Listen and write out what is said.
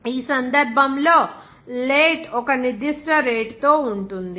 ఈ సందర్భంలో లేట్ ఒక నిర్దిష్ట రేటు తో ఉంటుంది